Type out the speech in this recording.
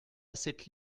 cette